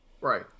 Right